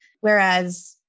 Whereas